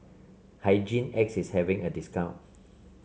Hygin X is having a discount